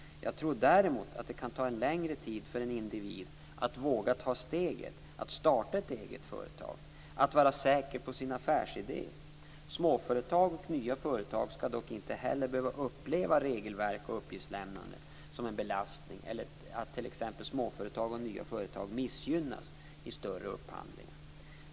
Jag tror däremot att det kan ta en längre tid för en individ att våga ta steget att starta ett eget företag, att vara säker på sin affärsidé. Småföretag och nya företag skall dock inte heller behöva uppleva regelverk och uppgiftslämnande som en belastning eller att t.ex. småföretag och nya företag missgynnas i större upphandlingar.